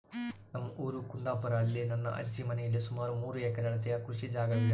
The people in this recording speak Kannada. ನಮ್ಮ ಊರು ಕುಂದಾಪುರ, ಅಲ್ಲಿ ನನ್ನ ಅಜ್ಜಿ ಮನೆಯಲ್ಲಿ ಸುಮಾರು ಮೂರು ಎಕರೆ ಅಳತೆಯ ಕೃಷಿ ಜಾಗವಿದೆ